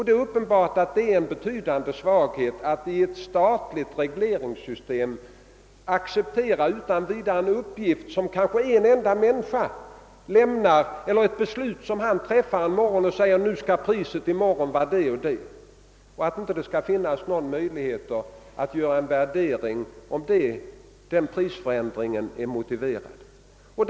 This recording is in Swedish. Det är uppenbart att i ett statligt regleringssystem kan man inte utan vidare acceptera en uppgift som lämnas eller ett beslut som fattas av en enda person om att »priset på den här produkten skall i morgon vara det eller det«. Det är en svaghet att det inte skall kunna göras en värdering av huruvida till följd av prisförändringen en avgiftsjustering är motiverad eller inte.